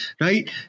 right